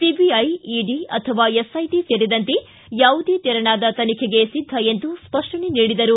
CBI ED ಅಥವಾ SIT ಸೇರಿದಂತೆ ಯಾವುದೇ ತೆರನಾದ ತನಿಖೆಗೆ ಸಿದ್ದ ಎಂದು ಸ್ಪಷ್ಟನೆ ನೀಡಿದರು